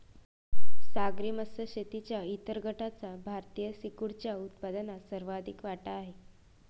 सागरी मत्स्य शेतीच्या इतर गटाचा भारतीय सीफूडच्या उत्पन्नात सर्वाधिक वाटा आहे